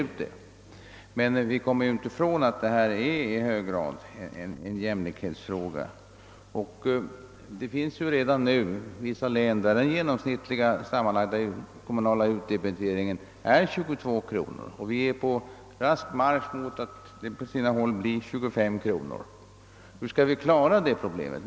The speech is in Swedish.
Vi kommer emellertid inte ifrån att detta i hög grad är en jämlikhetsfråga. Det finns redan nu vissa län, där den genomsnittliga sammanlagda kommunala utdebiteringen är 22 kronor, och vi är på rask marsch mot att den på sina håll blir 25 kronor. Hur skall vi klara detta problem?